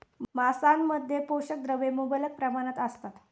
मांसामध्ये पोषक द्रव्ये मुबलक प्रमाणात असतात